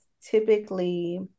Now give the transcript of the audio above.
typically